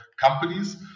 companies